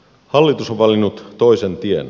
hallitus on valinnut toisen tien